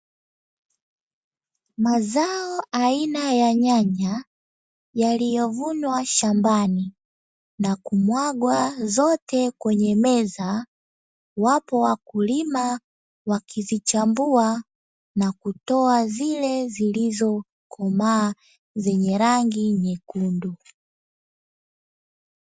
Mazao aina ya nyanya yaliyovunwa shambani na kumwagwa zote kwenye meza. Wapo wakulima wanaozichambua na kutoa zile zenye rangi nyekundu.